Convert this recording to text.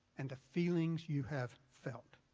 and the feelings you have felt.